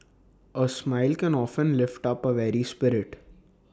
A smile can often lift up A weary spirit